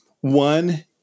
One